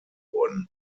wurden